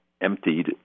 emptied